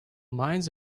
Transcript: mines